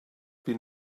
been